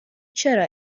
چرا